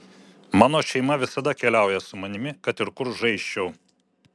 mano šeima visada keliauja su manimi kad ir kur žaisčiau